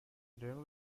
during